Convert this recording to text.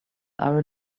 are